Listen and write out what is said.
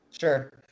Sure